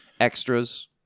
Extras